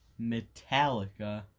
Metallica